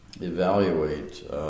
evaluate